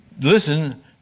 Listen